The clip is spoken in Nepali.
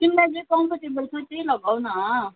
तिमीलाई जे कम्फर्टेबल छ त्यही लगाउ न